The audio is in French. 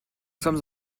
sommes